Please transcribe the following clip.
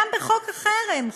גם חוק החרם,